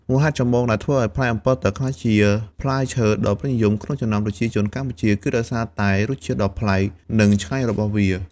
មូលហេតុចម្បងដែលធ្វើឱ្យផ្លែអម្ពិលទឹកក្លាយជាផ្លែឈើដ៏ពេញនិយមក្នុងចំណោមប្រជាជនកម្ពុជា គឺដោយសារតែរសជាតិដ៏ប្លែក និងឆ្ងាញ់របស់វា។